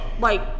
Like-